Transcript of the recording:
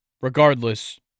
Regardless